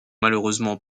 malheureusement